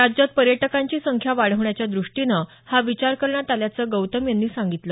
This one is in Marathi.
राज्यात पर्यटकांची संख्या वाढवण्याच्या दृष्टीनं हा विचार करण्यात आल्याचं गौतम यांनी सांगितलं